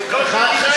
סודות מדינה,